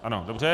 Ano, dobře.